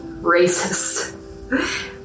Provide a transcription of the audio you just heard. racist